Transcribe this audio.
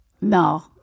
No